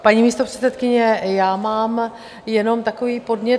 Paní místopředsedkyně, já mám jenom takový podnět.